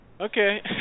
Okay